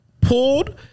pulled